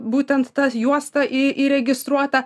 būtent tas juostaį įregistruota